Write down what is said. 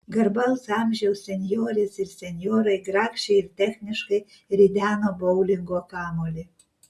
garbaus amžiaus senjorės ir senjorai grakščiai ir techniškai rideno boulingo kamuolį